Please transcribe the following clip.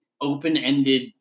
open-ended